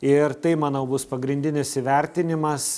ir tai manau bus pagrindinis įvertinimas